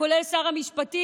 כולל שר המשפטים,